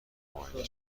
معاینه